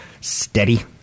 steady